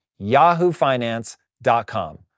yahoofinance.com